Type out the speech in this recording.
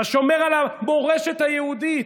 השומר על המורשת היהודית,